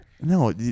No